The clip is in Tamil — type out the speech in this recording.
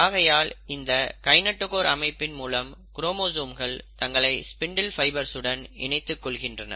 ஆகையால் இந்த கைநெட்டோகோர் அமைப்பின் மூலம் குரோமோசோம்கள் தங்களை ஸ்பிண்டில் ஃபைபர்ஸ் உடன் இணைத்துக் கொள்கின்றன